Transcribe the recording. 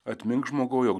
atmink žmogau jog